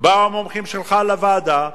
באו מומחים שלך לוועדה,